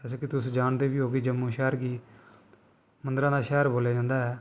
जैसे कि तुस जानदे बी ओ कि जम्मू शैह्र गी मंदरां दा शैह्र बोल्लेआ जंदा ऐ